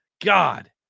God